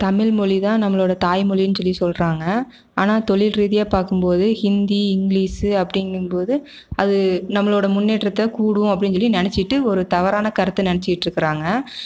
தமிழ்மொழி தான் நம்மளோடய தாய்மொழின்னு சொல்லி சொல்கிறாங்க ஆனால் தொழில் ரீதியாக பார்க்கும் போது ஹிந்தி இங்கிலீஷ்ஸு அப்படிங்கும் போது அது நம்மளோடய முன்னேட்றத்தை கூடும் அப்படின்னு சொல்லி சொல்லி நினச்சிட்டு ஒரு தவறான கருத்தை நினச்சிட்டு இருக்கிறாங்க